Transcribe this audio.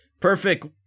Perfect